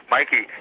Mikey